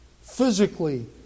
physically